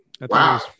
Wow